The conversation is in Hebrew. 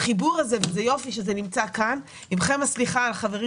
החיבור הזה ויופי שזה נמצא כאן עמכם הסליחה החברים